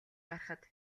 гарахад